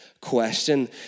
Question